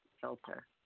filter